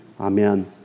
Amen